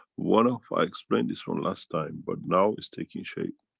one of. i explained this from last time but now is taking shape.